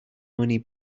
money